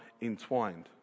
entwined